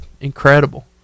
incredible